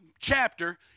chapter